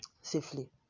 safely